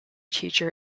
teacher